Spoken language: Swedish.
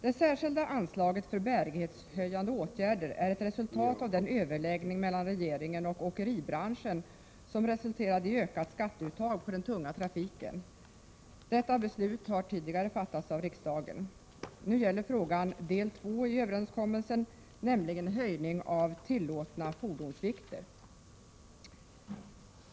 Det särskilda anslaget för bärighetshöjande åtgärder är ett resultat av den överläggning mellan regeringen och åkeribranschen som resulterade i ett ökat skatteuttag på den tunga trafiken. Detta beslut har tidigare fattats av riksdagen. Nu gäller frågan del två i överenskommelsen, nämligen en höjning av tillåtna fordonsvikter.